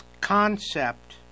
concept